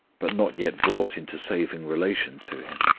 but not yet brought into saving relation to him?